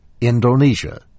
Indonesia